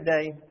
today